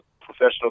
professional